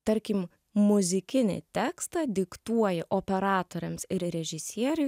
tarkim muzikinį tekstą diktuoji operatoriams ir režisieriui